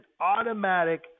automatic